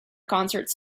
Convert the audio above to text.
concerts